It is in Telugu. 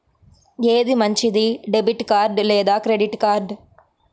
ఏది మంచిది, డెబిట్ కార్డ్ లేదా క్రెడిట్ కార్డ్?